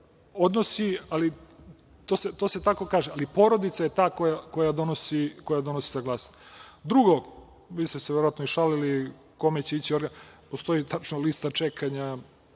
odnosi, to se tako kaže, ali porodica je ta koja donosi saglasnost. Drugo, vi ste se verovatno i šalili kome će ići, postoji tačno lista čekanja,